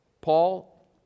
Paul